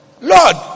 Lord